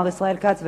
מר ישראל כץ,